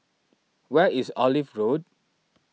where is Olive Road